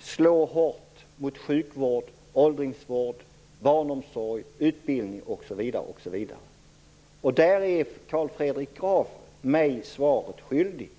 slå hårt mot sjukvård, åldringsvård, barnomsorg, utbildning osv. Där är Carl Fredrik Graf mig svaret skyldig.